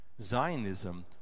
Zionism